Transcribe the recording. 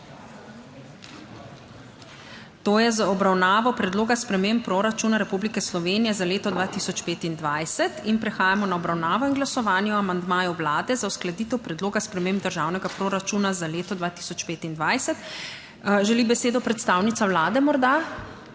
to je z obravnavo Predloga sprememb proračuna Republike Slovenije za leto 2025. In prehajamo na obravnavo in glasovanje o amandmaju Vlade za uskladitev predloga sprememb državnega proračuna za leto 2025. Želi besedo predstavnica Vlade morda?